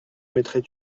mettrais